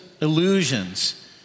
illusions